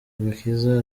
agakiza